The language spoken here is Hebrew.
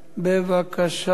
בבקשה.